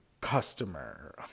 customer